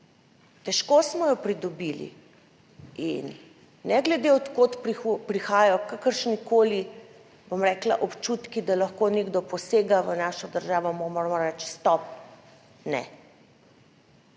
Težko smo jo pridobili in ne glede od kod prihajajo kakršnikoli, bom rekla, občutki, da lahko nekdo posega v našo državo, mu moramo reči stop, ne